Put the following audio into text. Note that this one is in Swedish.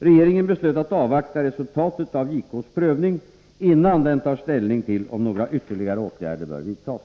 Regeringen beslöt att avvakta resultatet av JK:s prövning innan den tar ställning till om några ytterligare åtgärder bör vidtas.